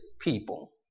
people